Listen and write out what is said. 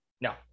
No